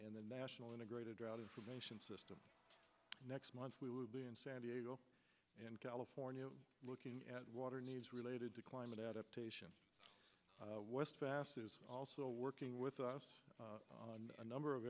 and the national integrated drought information system next month we will be in san diego in california looking at water news related to climate adaptation west fast also working with us a number of